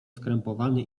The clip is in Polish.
skrępowany